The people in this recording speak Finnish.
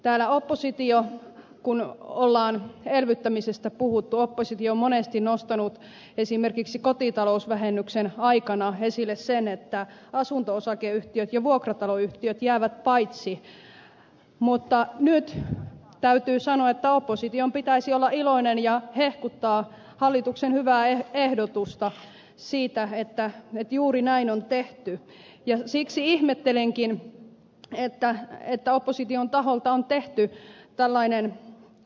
täällä oppositio kun on elvyttämisestä puhuttu on monesti nostanut esimerkiksi kotitalousvähennyksen osalta esille sen että asunto osakeyhtiöt ja vuokrataloyhtiöt jäävät paitsi mutta nyt täytyy sanoa että opposition pitäisi olla iloinen ja hehkuttaa hallituksen hyvää ehdotusta siitä että juuri näin on tehty ja siksi ihmettelenkin että opposition taholta on tehty tällainen lausumaehdotus